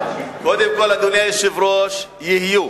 קודם כול, אדוני היושב-ראש, יהיו.